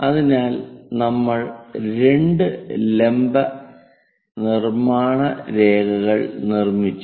അതിനാൽ നമ്മൾ രണ്ട് ലംബ നിർമ്മാണ രേഖകൾ നിർമിച്ചു